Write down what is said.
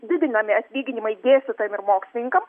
didinami atlyginimai dėstytojam ir mokslininkam